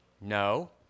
No